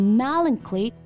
melancholy